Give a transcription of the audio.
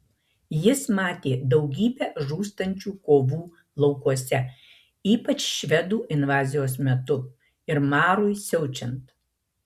jis matė daugybę žūstančių kovų laukuose ypač švedų invazijos metu ir marui siaučiant